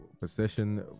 Possession